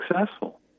successful